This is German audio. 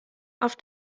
auf